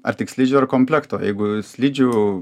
ar tik slidžių ar komplekto jeigu slidžių